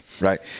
Right